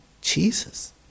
Jesus